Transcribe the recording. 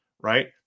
Right